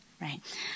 right